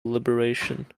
liberation